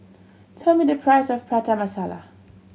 tell me the price of Prata Masala